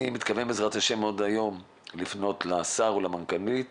אני מתכוון עוד היום לפנות לשר ולמנכ"לית